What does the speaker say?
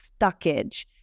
stuckage